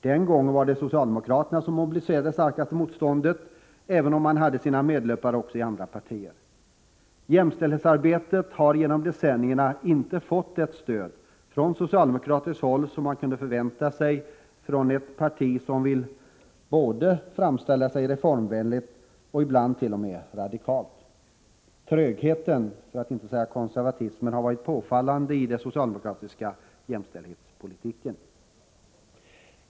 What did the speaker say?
Den gången var det socialdemokraterna som mobiliserade det starkaste motståndet, även om man hade sina medlöpare också i andra partier. Jämställdhetsarbetet har genom decennierna inte fått det stöd från socialdemokratiskt håll som man kunde förvänta av ett parti som vill framställa sig som reformvänligt och ibland t.o.m. radikalt. Trögheten — för att inte säga konservatismen — har varit påfallande i den socialdemokratiska jämställdhetspolitiken.